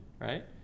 right